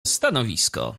stanowisko